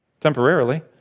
temporarily